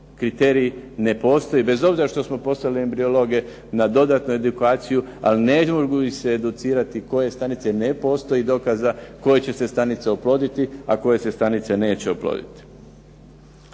Kriterij ne postoji, bez obzira što smo poslali embriologe na dodatnu edukaciju, ali ne mogu ih se educirati koje stanice ne postoji dokaza, koje će se stanice oploditi, a koje se stanice neće oploditi.